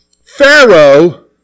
Pharaoh